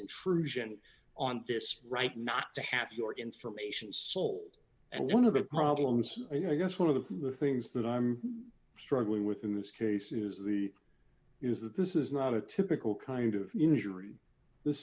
intrusion on this right not to have your information sold and one of the problems i guess one of the things that i'm struggling with in this case is the is that this is not a typical kind of injury this